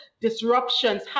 disruptions